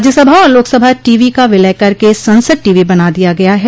राज्यसभा और लाकसभा टीवी का विलय करके संसद टीवी बना दिया गया है